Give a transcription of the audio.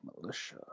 militia